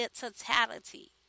totality